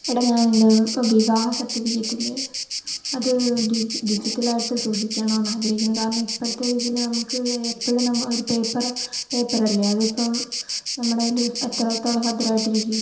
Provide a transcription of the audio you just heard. എടാ ഞാനെൻ്റെ വിവാഹ സർട്ടിഫിക്കറ്റില്ലെ അത് ഡിജ് ഡിജിറ്റലായിട്ട് സൂക്ഷിക്കണം എന്ന് ആഗ്രഹിക്കുന്നു കാരണം ഇപ്പോഴത്തെ രീതിയിൽ നമുക്ക് എപ്പളും നമ്മളൊരു പേപ്പറ് പേപ്പറല്ലേ അതിപ്പം നമ്മടേൽ എത്രത്തോളം ഭദ്രമായിട്ടിരിക്കും